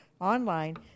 online